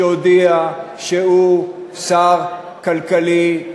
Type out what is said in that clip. שהודיע שהוא שר כלכלי,